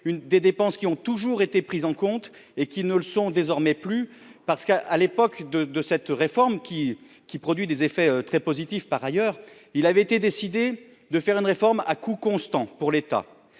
ses dépenses qui avaient toujours été prises en compte ne le sont désormais plus. À l'époque de la réforme, qui a produit des effets très positifs par ailleurs, il avait été décidé qu'elle serait à coût constant pour l'État.